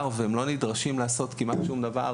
לצלילה שבה הם לא נדרשים לעשות כמעט שום דבר,